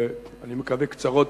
אני מקווה קצרות,